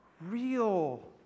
real